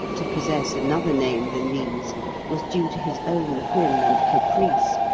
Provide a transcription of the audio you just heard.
to possess another name than these was due to his own whim and caprice,